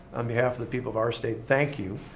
on behalf of the people of our state, thank you.